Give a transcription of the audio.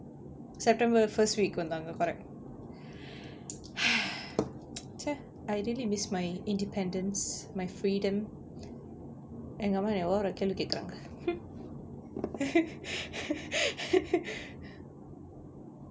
september first week lah வந்தாங்க:vanthaanga correct I really miss my independence my freedom and எங்க அம்மா என்ன:enga amma enna over ah கேள்வி கேக்குறாங்க:kelvi kaekkuraanga